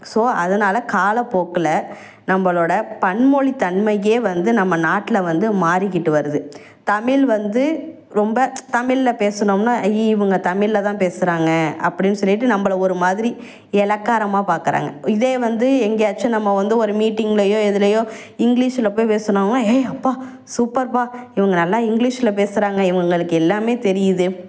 so அதனால காலப்போக்கில் நம்மளோட பன்மொழித்தன்மைக்கே வந்து நம்ம நாட்டில வந்து மாறிக்கிட்டு வருது தமிழ் வந்து ரொம்ப தமிழ்ல பேசுனோம்னால் ஐயையோ இவங்க தமிழ்ல தான் பேசுகிறாங்க அப்படின்னு சொல்லிட்டு நம்மளை ஒருமாதிரி எளக்காரமாக பார்க்குறாங்க இதே வந்து எங்கேயாச்சும் நம்ம வந்து ஒரு மீட்டிங்லையோ எதிலையோ இங்கிலிஷ்ல போய் பேசுனோம்னால் ஏய் அப்பா சூப்பர்ப்பா இவங்க நல்லா இங்கிலிஷ்ல பேசுகிறாங்க இவங்களுக்கு எல்லாமே தெரியுது